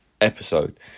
episode